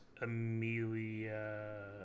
Amelia